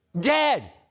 Dead